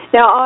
Now